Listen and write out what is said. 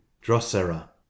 Drosera